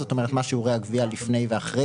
זאת אומרת מה שיעורי הגבייה לפני ואחרי